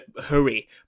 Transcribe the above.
hurry